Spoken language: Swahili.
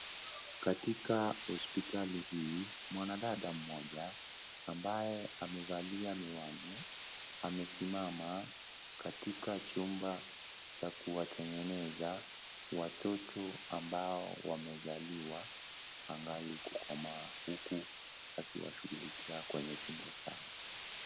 Katika hospitali hii, mwanadada mmoja, ambaye amevalia miwani, amesimama, katika chumba cha kuwatengeneza, watoto ambao, wamezaliwa, wangali kukomaa, huku akiwashugulikia kwenye chumba chao.